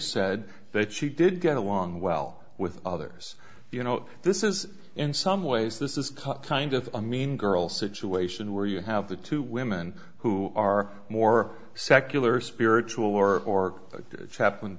said that she did get along well with others you know this is in some ways this is cut kind of a mean girl situation where you have the two women who are more secular spiritual or the chaplain